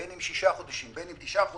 בין אם שישה חודשים, בין אם תשעה חודשים.